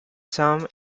some